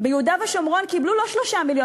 ביהודה ושומרון קיבלו לא 3 מיליון